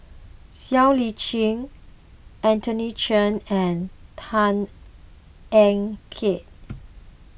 Siow Lee Chin Anthony Chen and Tan Ean Kiam